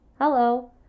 hello